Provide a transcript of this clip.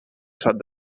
sot